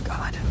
God